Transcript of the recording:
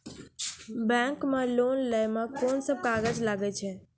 Bank मे loan लै मे कोन सब कागज लागै छै?